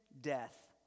death